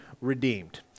redeemed